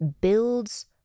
builds